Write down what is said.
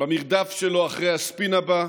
במרדף שלו אחרי הספין הבא,